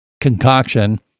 concoction